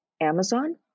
Amazon